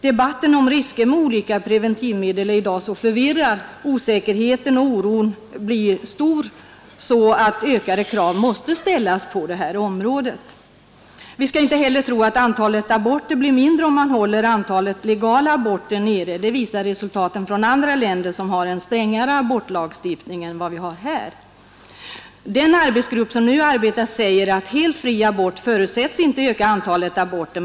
Debatten om riskerna med olika preventivmedel är i dag så förvirrad, och osäkerheten och oron så stor, att ökade krav måste ställas på detta område. Vi skall inte heller tro att antalet aborter blir mindre om man håller antalet legala aborter nere — det visar resultaten från andra länder som har en strängare abortlagstiftning än vi. Den arbetsgrupp som nu arbetat säger att helt fri abort förutsätts inte öka antalet aborter.